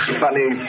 funny